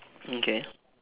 okay